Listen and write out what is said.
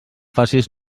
facis